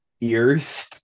ears